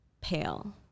pale